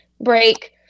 break